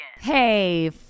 Hey